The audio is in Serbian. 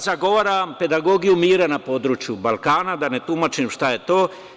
Zagovaram pedagogiju mira na području Balkana, da ne tumačim šta je to.